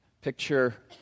Picture